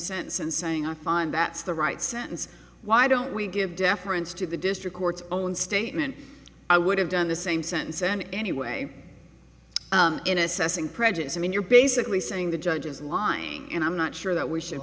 sense and saying i find that's the right sentence why don't we give deference to the district court's own statement i would have done the same sentence and anyway in assessing prejudice i mean you're basically saying the judges line and i'm not sure that we should